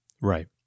Right